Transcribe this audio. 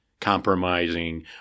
compromising